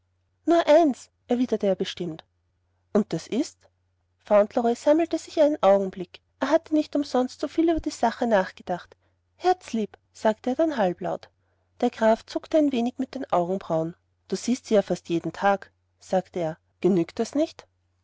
nur eins erwiderte er bestimmt und das ist fauntleroy sammelte sich einen augenblick er hatte nicht umsonst so viel über die sache nachgedacht herzlieb sagte er dann halblaut der graf zuckte ein wenig mit den augenbrauen du siehst sie ja fast jeden tag sagte er genügt das nicht